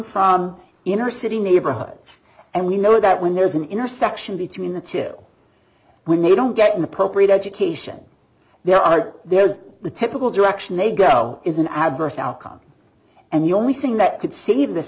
from inner city neighborhoods and we know that when there's an intersection between the two when they don't get an appropriate education there are there is the typical direction they go is an adverse outcome and the only thing that could save this